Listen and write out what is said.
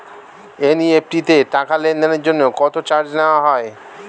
NEFT তে টাকা লেনদেনের জন্য কত চার্জ নেয়া হয়?